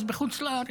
אז בחוץ לארץ,